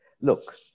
look